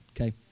okay